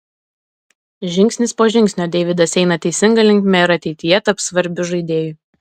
žingsnis po žingsnio deividas eina teisinga linkme ir ateityje taps svarbiu žaidėju